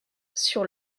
sur